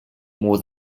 more